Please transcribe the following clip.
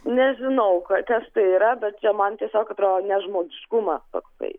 nežinau protestai yra bet čia man tiesiog atrodo nežmoniškumas toksai